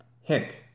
hint